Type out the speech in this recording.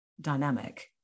dynamic